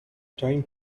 time